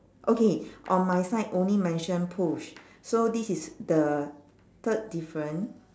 okay on my side only mention push so this is the third different